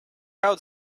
crowd